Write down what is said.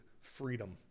freedom